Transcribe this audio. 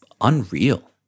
Unreal